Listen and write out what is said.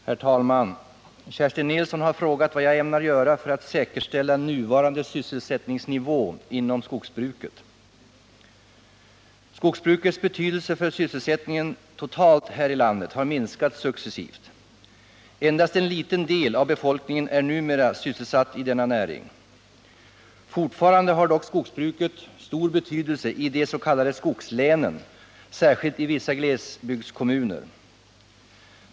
Herr talman! Kerstin Nilsson har frågat vad jag ämnar göra för att säkerställa nuvarande sysselsättningsnivå inom skogsbruket. Skogsbrukets betydelse för sysselsättningen totalt här i landet har minskat successivt. Endast en liten del av befolkningen är numera sysselsatt i denna näring. Fortfarande har dock skogsbruket stor betydelse i de s.k. skogslänen, särskilt i vissa glesbygdskommuner.